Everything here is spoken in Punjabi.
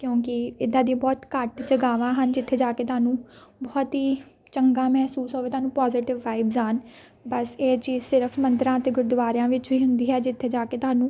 ਕਿਉਂਕਿ ਇੱਦਾਂ ਦੀਆਂ ਬਹੁਤ ਘੱਟ ਜਗਾਵਾਂ ਹਨ ਜਿੱਥੇ ਜਾ ਕੇ ਤੁਹਾਨੂੰ ਬਹੁਤ ਹੀ ਚੰਗਾ ਮਹਿਸੂਸ ਹੋਵੇ ਤੁਹਾਨੂੰ ਪੋਜ਼ੀਟਿਵ ਵਾਈਬਸ ਆਉਣ ਬਸ ਇਹ ਚੀਜ਼ ਸਿਰਫ ਮੰਦਰਾਂ ਅਤੇ ਗੁਰਦੁਆਰਿਆਂ ਵਿੱਚ ਵੀ ਹੁੰਦੀ ਹੈ ਜਿੱਥੇ ਜਾ ਕੇ ਤੁਹਾਨੂੰ